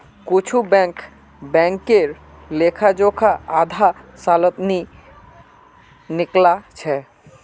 कुछु बैंक बैंकेर लेखा जोखा आधा सालत भी निकला छ